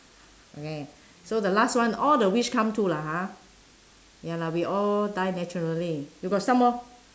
okay so the last one all the wish come true lah ha ya lah we all die naturally you got some more